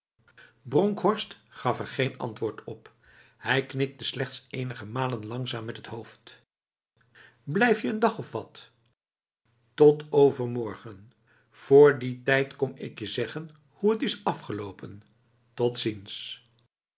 bronkhorst gaf er geen antwoord op hij knikte slechts enige malen langzaam met het hoofd blijf je n dag of wat tot overmorgen vr die tijd kom ik je zeggen hoe het is afgelopen tot ziens